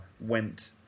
went